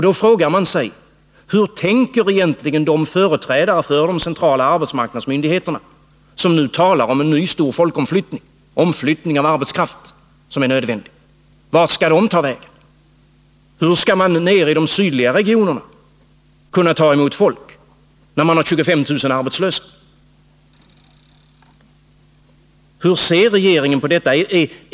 Då frågar man sig: Hur tänker egentligen regeringen och de företrädare för de centrala arbetsmarknadsmyndigheterna som nu talar om en ny stor folkomflyttning, en omflyttning av arbetskraft som är nödvändig? Vart skall den arbetskraften ta vägen? Hur skall man nu kunna ta emot folk nere i de sydliga regionerna, när man där har 25 000 arbetslösa? 153 Hur ser regeringen på detta?